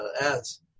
ads